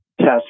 test